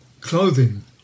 clothing